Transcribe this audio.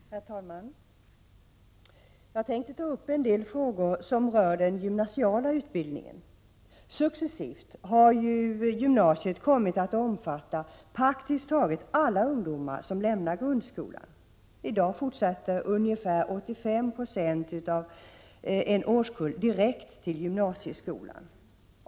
Herr talman! Jag tänkte ta upp en del frågor som rör den gymnasiala utbildningen. Successivt har ju gymnasiet kommit att omfatta praktiskt taget alla ungdomar som lämnar grundskolan. I dag fortsätter ungefär 85 96 av en årskull direkt till gymnasieskolan.